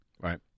Right